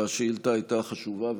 שהשאילתה הייתה חשובה,